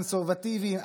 קונסרבטיבים,